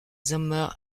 sommer